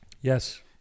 Yes